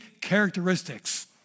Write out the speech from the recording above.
characteristics